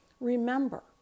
Remember